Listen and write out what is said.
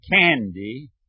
candy